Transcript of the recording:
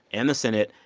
and the senate,